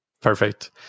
Perfect